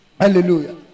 Hallelujah